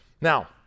Now